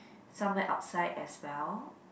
somewhere outside as well